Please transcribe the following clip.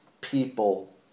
people